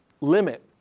limit